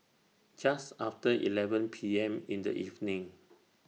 Just after eleven P M in The evening